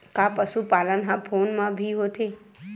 का पशुपालन ह फोन म भी होथे?